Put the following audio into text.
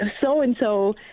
so-and-so